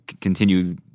continue